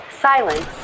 silence